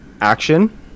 Action